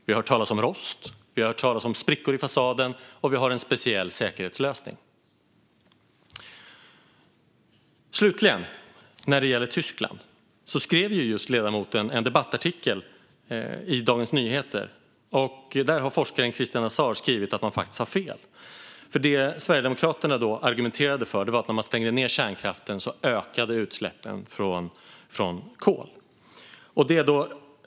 Vi har hört talas om rost och sprickor i fasaden, och vi har en speciell säkerhetslösning. När det gäller Tyskland skrev ledamoten en debattartikel i Dagens Nyheter. I samma tidning har forskaren Christian Azar skrivit att man har fel. Det Sverigedemokraterna argumenterade för var att utsläppen från kol ökade när man stängde ned kärnkraften.